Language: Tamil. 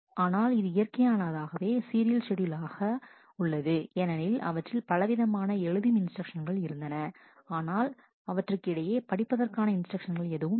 ஆனால் இது இயற்கையாகவே சீரியல் ஷெட்யூல் ஏனெனில் அவற்றில் பலவிதமான எழுதும் இன்ஸ்டிரக்ஷன்ஸ்கள் இருந்தன ஆனால் அவற்றுக்கு இடையே படிப்பதற்கான இன்ஸ்டிரக்ஷன்ஸ்கள் எதுவும் இல்லை